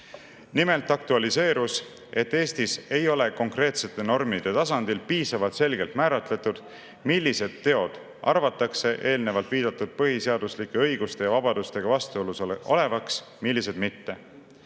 Nimelt aktualiseerus, et Eestis ei ole konkreetsete normide tasandil piisavalt selgelt määratletud, millised teod arvatakse eelnevalt viidatud põhiseaduslike õiguste ja vabadustega vastuolus olevaks, millised mitte.